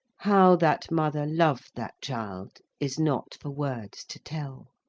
how that mother loved that child, is not for words to tell!